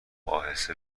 اهسته